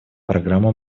программу